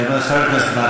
חבר הכנסת בר,